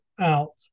out